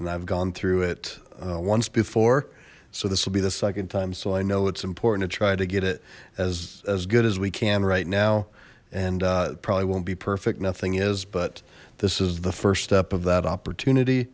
and i've gone through it once before so this will be the second time so i know it's important to try to get it as as good as we can right now and it probably won't be perfect nothing is but this is the first step of that opportunity